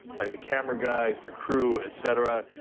like the camera guys, the crew, etc.